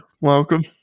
Welcome